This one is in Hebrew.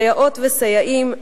סייעות וסייעים,